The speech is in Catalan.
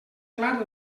clar